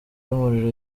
y’umuriro